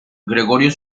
gregorio